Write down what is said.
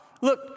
Look